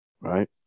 right